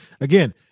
again